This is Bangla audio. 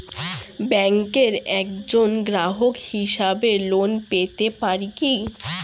ব্যাংকের একজন গ্রাহক হিসাবে লোন পেতে পারি কি?